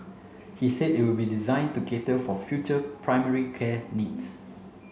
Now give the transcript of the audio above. he said it will be designed to cater for future primary care needs